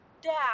dad